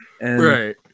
right